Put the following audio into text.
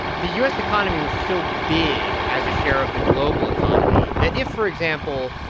the u s. economy was so big as a share of the global economy that if, for example,